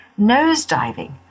nosediving